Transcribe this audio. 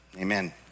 amen